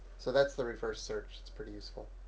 so that's the reverse search it's pretty useful.